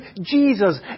Jesus